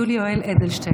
יולי יואל אדלשטיין,